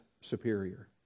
superior